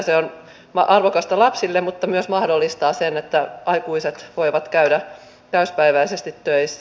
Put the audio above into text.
se on arvokasta lapsille mutta myös mahdollistaa sen että aikuiset voivat käydä täysipäiväisesti töissä